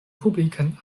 publikan